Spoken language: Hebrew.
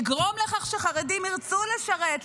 לגרום לכך שחרדים ירצו לשרת,